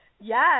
yes